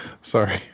Sorry